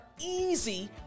easy